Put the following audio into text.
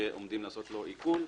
שעומדים לעשות לו עיקול.